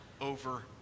over